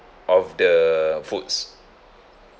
of the foods